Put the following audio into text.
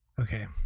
Okay